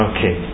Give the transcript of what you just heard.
Okay